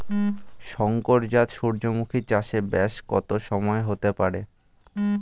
শংকর জাত সূর্যমুখী চাসে ব্যাস কত সময় হতে পারে?